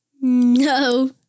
no